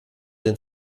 den